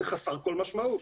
זה חסר כל משמעות.